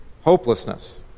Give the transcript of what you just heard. hopelessness